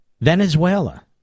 Venezuela